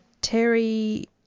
Terry